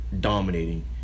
dominating